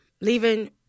leaving